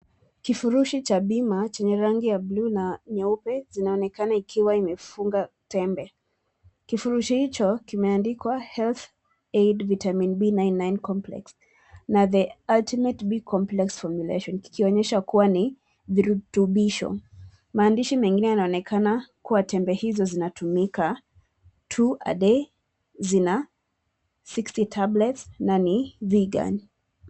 Kifurushi cha bima chenye rangi ya buluu na nyeupe zinaonekana ikiwa imefunga tembe. Kifurushi hicho kimeandikwa health aid vitamin B-99 complex na the ultimate b-complex formulation kikionyesha kuwa ni virutubisho. Maandishi mengine yanaonekana kwa tembe hizo zinatumika two a day zina sixty tablets na ni vegan .